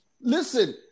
listen